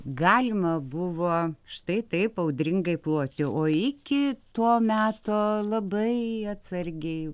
galima buvo štai taip audringai ploti o iki to meto labai atsargiai